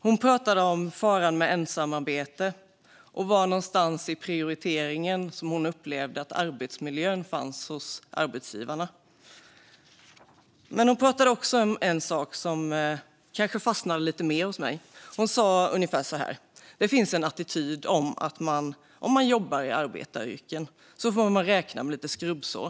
Hon pratade om faran med ensamarbete och var någonstans i prioriteringen hon upplevde att arbetsmiljön fanns hos arbetsgivarna. Hon pratade också om en sak som fastnade lite mer hos mig. Hon sa ungefär så här: "Det finns en attityd att om man jobbar inom arbetaryrken får man räkna med lite skrubbsår.